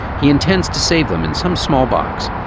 he intends to save them in some small box.